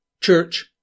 church